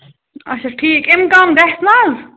اَچھا ٹھیٖک اَمہِ کَم گژھِ نہَ حظ